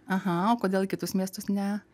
aha o kodėl į kitus miestus ne